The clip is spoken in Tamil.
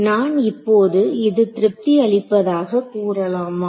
நான் இப்போது இது திருப்தி அளிப்பதாக கூறலாமா